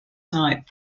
type